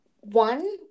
one